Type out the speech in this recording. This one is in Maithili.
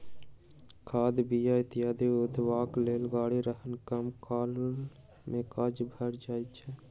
खाद, बीया इत्यादि उघबाक लेल गाड़ी रहने कम काल मे काज भ जाइत छै